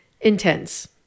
intense